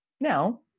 Now